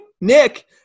Nick